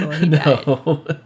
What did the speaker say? No